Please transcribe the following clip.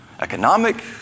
Economic